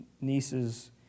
nieces